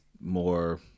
more